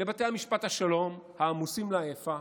לבתי משפט השלום העמוסים לעייפה,